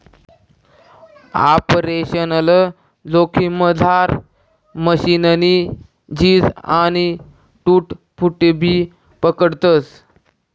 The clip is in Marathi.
आपरेशनल जोखिममझार मशीननी झीज आणि टूट फूटबी पकडतस